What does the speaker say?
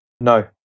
no